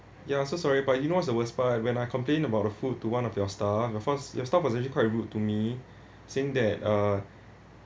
ya I'm so sorry but you know what's the worst part when I complained about the food to one of your staff your first your staff was actually quite rude to me saying that uh